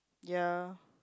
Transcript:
ya